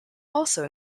also